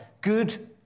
Good